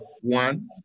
one